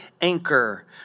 anchor